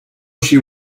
she